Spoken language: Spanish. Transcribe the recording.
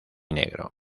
negro